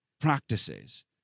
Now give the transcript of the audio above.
practices